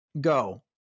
Go